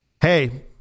Hey